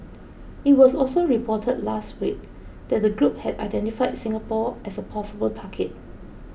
it was also reported last week that the group had identified Singapore as a possible target